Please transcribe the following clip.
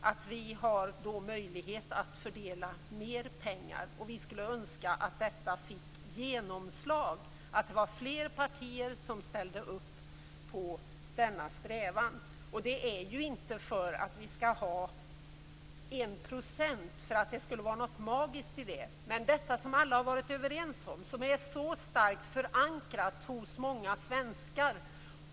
Vi har då möjlighet att fördela mer pengar, och vi önskar att detta skulle ha fått genomslag, att det var fler partier som ställde upp på vår strävan. Det är inte för att det skulle vara något magiskt med talet 1 %. Men alla har varit överens om enprocentsmålet, och det är så starkt förankrat hos många svenskar.